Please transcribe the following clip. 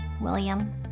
William